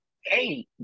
hey